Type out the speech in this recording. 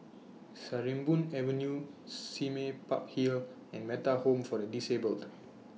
Sarimbun Avenue Sime Park Hill and Metta Home For The Disabled